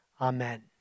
Amen